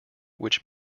which